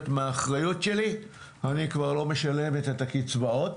מהאחריות שלי ואני כבר לא משלמת את הקצבאות,